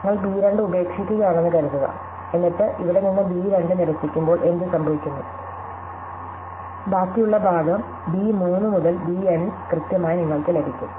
നിങ്ങൾ b 2 ഉപേക്ഷിക്കുകയാണെന്ന് കരുതുക എന്നിട്ട് ഇവിടെ നിന്ന് b 2 നിരസിക്കുമ്പോൾ എന്തുസംഭവിക്കുന്നു ബാക്കിയുള്ള ഭാഗം b 3 മുതൽ b എൻ കൃത്യമായി നിങ്ങൾക്ക് ലഭിക്കും